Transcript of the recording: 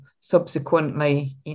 subsequently